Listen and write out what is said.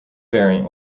variant